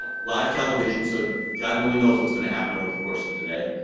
live television, so god and only knows what's going to happen over the course of today,